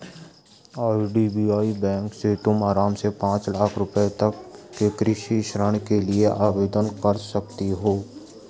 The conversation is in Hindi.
आई.डी.बी.आई बैंक से तुम आराम से पाँच लाख रुपयों तक के कृषि ऋण के लिए आवेदन कर सकती हो